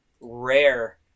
rare